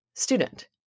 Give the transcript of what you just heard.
student